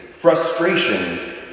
frustration